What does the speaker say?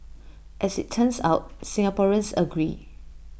as IT turns out Singaporeans agree